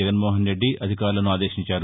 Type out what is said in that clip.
జగన్మోహన్రెడ్డి అధికారులను ఆదేశించారు